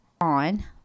on